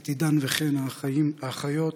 ואת עדן וחן, האחיות.